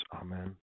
Amen